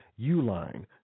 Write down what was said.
Uline